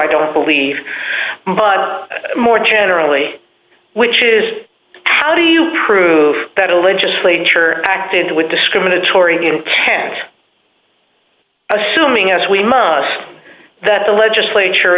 i don't believe but more generally which is how do you prove that a legislature acted with discriminatory intent assuming as we must that the legislature